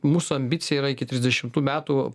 mūsų ambicija yra iki trisdešimtų metų